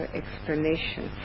explanation